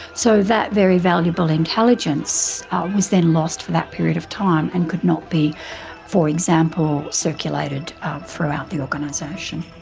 so that very valuable intelligence was then lost for that period of time and could not be for example circulated throughout the organisation.